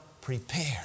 prepared